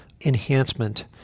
enhancement